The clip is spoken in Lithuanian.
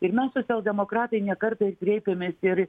ir mes socialdemokratai ne kartą ir kreipėmės ir